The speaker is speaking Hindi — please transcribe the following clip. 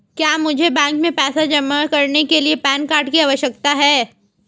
क्या मुझे बैंक में पैसा जमा करने के लिए पैन कार्ड की आवश्यकता है?